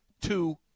two